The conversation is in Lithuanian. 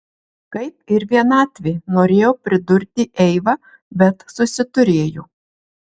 kaip ir vienatvė norėjo pridurti eiva bet susiturėjo